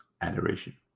Adoration